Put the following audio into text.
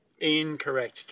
Incorrect